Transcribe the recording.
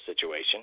situation